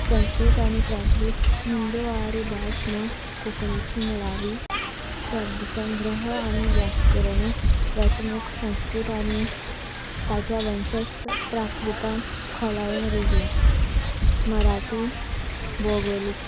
संस्कृत आनी प्राकृत इंडो आर्य भास म्हूण कोंकणीची मुळावी शब्द संंग्रह आनी व्याकरणीक रचणूक संस्कृत आनी ताच्या वंशज प्राकृतांत खोलायेन रुजला मराठी भुगोलीक